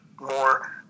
more